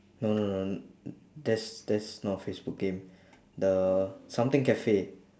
no no no that's that's not a facebook game the something cafe